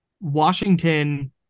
Washington